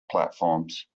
platforms